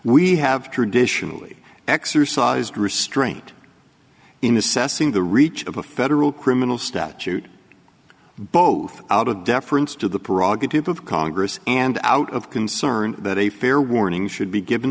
we have traditionally exercised restraint in assessing the reach of a federal criminal statute both out of deference to the parag type of congress and out of concern that a fair warning should be given